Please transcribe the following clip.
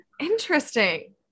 Interesting